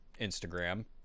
instagram